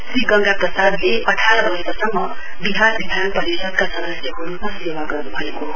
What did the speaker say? श्री गंगा प्रसादले अठार वर्षसम्म विहार विधान परिषदका सदस्यको रुपमा सेवा गर्न्भएको हो